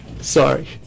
Sorry